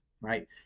right